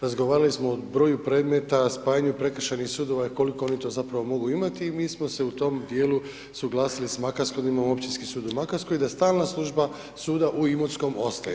Razgovarali smo o broju predmeta, spajanju prekršajnih sudova i koliko oni to zapravo mogu imati i mi smo se u tom dijelu suglasili s Makarskom, imamo Općinski sud u Makarskoj i da stalna služba suda u Imotskom ostaje.